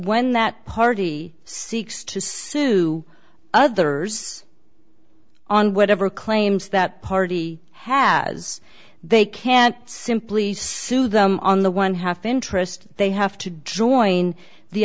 when that party seeks to sue others on whatever claims that party has they can't simply sue them on the one half interest they have to drawing the